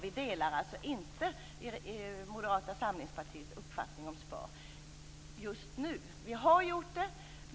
Vi delar inte Moderata samlingspartiets uppfattning om SPAR just nu. Vi har gjort det.